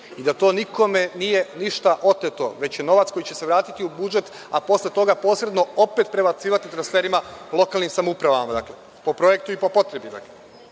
i da to nikome ništa nije oteto, već je novac koji će se vratiti u budžet, a posle toga posebno opet prebacivati transferima lokalnim samoupravama, po projektu i po potrebi.